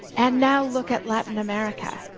and now, look at latin america,